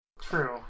True